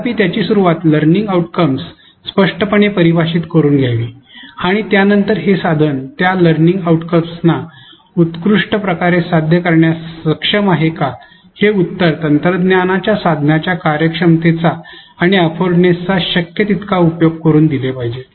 तथापि त्याची सुरूवात लर्निंग आउटकम्स स्पष्टपणे परिभाषित करून करावी आणि त्यानंतर हे साधन त्या लर्निंग आउटकम्सना उत्कृष्ट प्रकारे साध्य करण्यास सक्षम आहे का हे उत्तर तंत्रज्ञानाच्या साधनांच्या कार्यक्षमतेचा आणि वापरण्याचा शक्य तितका उपयोग करून दिले पाहिजे